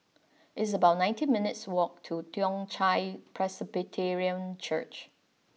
it's about nineteen minutes' walk to Toong Chai Presbyterian Church